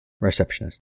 Receptionist